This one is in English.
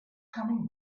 coming